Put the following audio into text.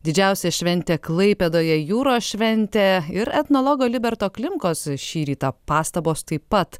didžiausia šventė klaipėdoje jūros šventė ir etnologo liberto klimkos šį rytą pastabos taip pat